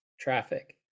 Traffic